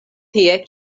tie